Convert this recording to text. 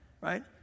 right